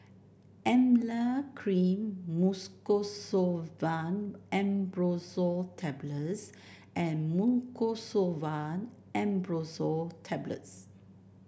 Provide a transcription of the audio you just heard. Emla Cream Mucosolvan AmbroxoL Tablets and Mucosolvan AmbroxoL Tablets